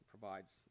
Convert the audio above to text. provides